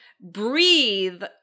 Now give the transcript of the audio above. Breathe